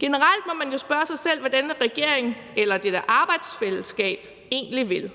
Generelt må man jo spørge sig selv, hvad regeringen eller dette arbejdsfællesskab egentlig vil.